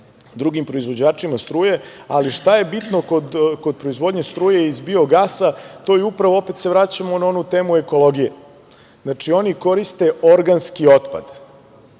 drugim proizvođačima struje, ali šta je bitno kod proizvodnje struje iz biogasa, to je upravo, a opet se vraćamo na onu temu ekologije. Znači, oni koriste organski otpad.